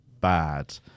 Bad